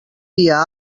dia